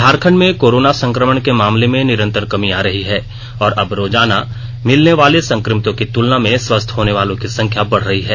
झारखंड में कोरोना संकमण के मामले में निरंतर कमी आ रही है और अब रोजाना मिलने वाले संक्रमितों की तुलना में स्वस्थ होने वालों की संख्या बढ़ रही है